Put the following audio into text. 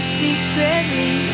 secretly